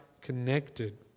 connected